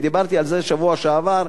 ודיברתי על זה בשבוע שעבר,